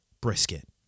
Brisket